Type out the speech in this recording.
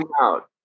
out